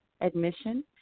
admission